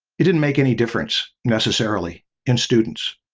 it didn't make any difference necessarily in students.